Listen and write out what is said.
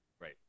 right